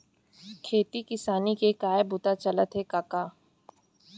खेती किसानी के काय बूता चलत हे कका?